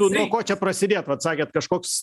nuo ko čia prasidėt vat sakėt kažkoks